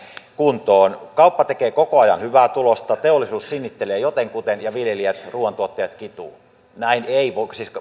kuntoon kauppa tekee koko ajan hyvää tulosta teollisuus sinnittelee jotenkuten ja viljelijät ruoantuottajat kituvat